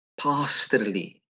pastorally